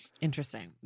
Interesting